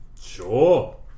sure